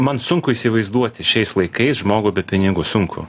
man sunku įsivaizduoti šiais laikais žmogų be pinigų sunku